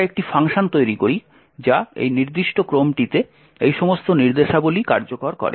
আমরা একটি ফাংশন তৈরি করি যা এই নির্দিষ্ট ক্রমটিতে এই সমস্ত নির্দেশাবলী কার্যকর করে